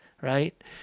right